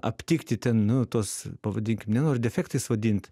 aptikti ten nu tuos pavadinkim nenoriu defektais vadint